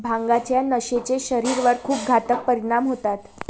भांगाच्या नशेचे शरीरावर खूप घातक परिणाम होतात